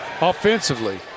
offensively